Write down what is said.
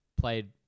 played